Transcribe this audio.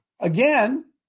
again